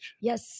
yes